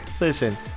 Listen